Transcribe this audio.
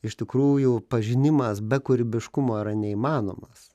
iš tikrųjų pažinimas be kūrybiškumo yra neįmanomas